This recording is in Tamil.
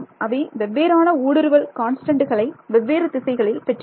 அவை வெவ்வேறான ஊடுருவல் கான்ஸ்டண்டுகளை வெவ்வேறு திசைகளில் பெற்றிருக்கும்